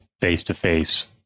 face-to-face